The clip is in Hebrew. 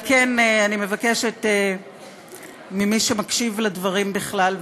על כן אני מבקשת ממי שמקשיב לדברים בכלל,